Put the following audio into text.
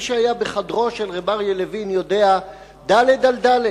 מי שהיה בחדרו של רב אריה לוין יודע, ד' על ד'.